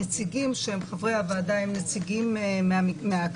הנציגים שהם חברי הוועדה הם נציגים מהאקדמיה,